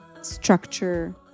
structure